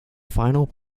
final